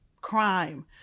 crime